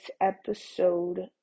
episode